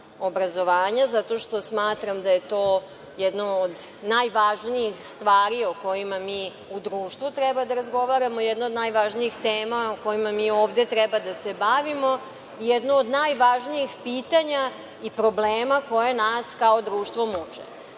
obrazovanja, zato što smatram da je to jedno od najvažnijih stvari o kojima mi u društvu treba da razgovaramo, jedna od najvažnijih tema kojima mi ovde treba da se bavimo i jedno od najvažnijih pitanja i problema koje nas kao društvo muče. Danas